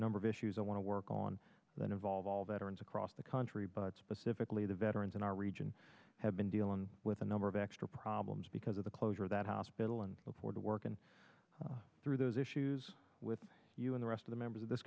number of issues i want to work on that involve all veterans across the country but specifically the veterans in our region have been dealing with a number of extra problems because of the closure of that hospital and before the work and through those issues with you and the rest of the members of this